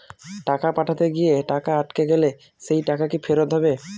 টাকা পাঠাতে গিয়ে টাকা আটকে গেলে সেই টাকা কি ফেরত হবে?